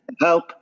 Help